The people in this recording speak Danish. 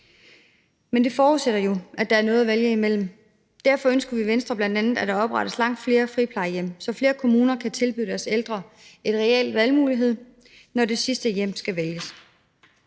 Men det forudsætter jo, at der er noget at vælge mellem. Derfor ønsker vi i Venstre bl.a., at der oprettes langt flere friplejehjem, så flere kommuner kan tilbyde deres ældre en reel valgmulighed, når det sidste hjem skal vælges.